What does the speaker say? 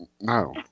No